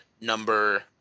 number